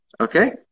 okay